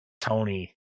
tony